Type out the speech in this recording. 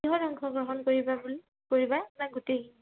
কিহত অংশগ্ৰহণ কৰিবা বুলি কৰিবা নে গোটেই